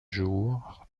jours